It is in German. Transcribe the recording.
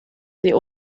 sie